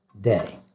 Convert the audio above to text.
day